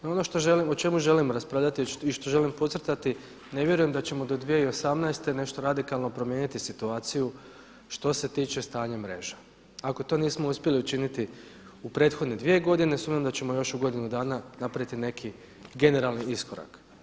No, ono što želim, o čemu želim raspravljati i što želim podcrtati ne vjerujem da ćemo do 2018. nešto radikalno promijeniti situaciju što se tiče stanje mreža ako to nismo uspjeli učiniti u prethodne dvije godine sumnjam da ćemo još u godinu dana napraviti neki generalni iskorak.